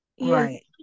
right